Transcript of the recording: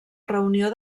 reunió